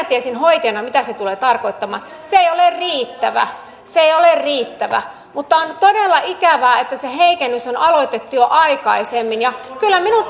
tiesin hoitajana mitä se tulee tarkoittamaan se ei ole riittävä se ei ole riittävä mutta on todella ikävää että se heikennys on aloitettu jo aikaisemmin kyllä minun